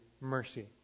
mercy